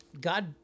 god